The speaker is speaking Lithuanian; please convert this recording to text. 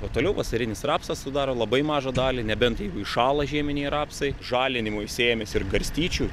o toliau vasarinis rapsas sudaro labai mažą dalį nebent jeigu įšąla žieminiai rapsai žalinimui sėjamės ir garstyčių